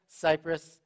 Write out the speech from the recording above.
Cyprus